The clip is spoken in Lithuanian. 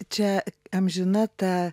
čia amžina ta